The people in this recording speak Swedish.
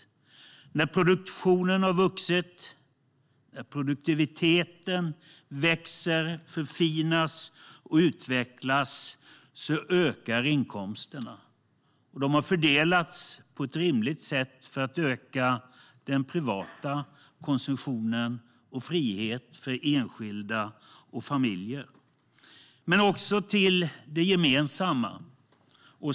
När produktionen har vuxit, när produktiviteten växer, förfinas och utvecklas ökar inkomsterna, och de har fördelats på ett rimligt sätt för att öka den privata konsumtionen och friheten för enskilda och familjer men också till det gemensamma.